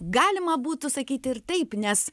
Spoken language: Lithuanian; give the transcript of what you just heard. galima būtų sakyti ir taip nes